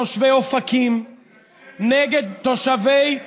נגד תושבי אופקים,